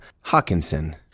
Hawkinson